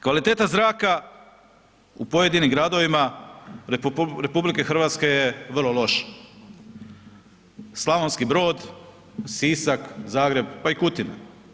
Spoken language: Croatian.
Kvaliteta zraka u pojedinim gradovima RH je vrlo loša, Slavonski Brod, Sisak, Zagreb, pa i Kutina.